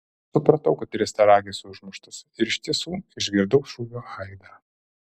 aš supratau kad riestaragis užmuštas ir iš tiesų išgirdau šūvio aidą